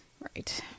Right